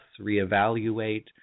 reevaluate